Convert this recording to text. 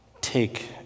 Take